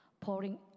pouring